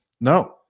No